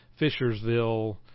fishersville